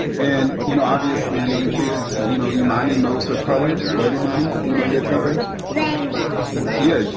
and, you know, obviously, young kids, you know imani knows her colors, right, imani, you know your colors? rainbow. yeah yeah